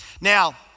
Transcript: Now